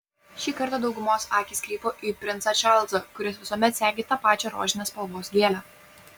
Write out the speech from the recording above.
šį kartą daugumos akys krypo į princą čarlzą kuris visuomet segi tą pačią rožinės spalvos gėlę